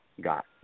got